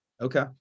Okay